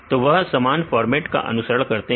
तो वह सामान फॉर्मेट का अनुसरण करते हैं